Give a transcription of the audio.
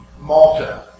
Malta